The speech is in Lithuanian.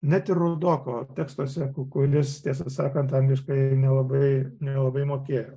net ir rudoko tekstuose kuris tiesą sakant angliškai nelabai nelabai mokėjo